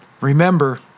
Remember